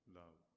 love